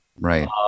Right